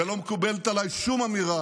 ולא מקובלת עליי שום אמירה